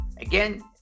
Again